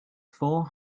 four